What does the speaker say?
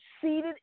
seated